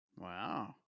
Wow